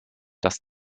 das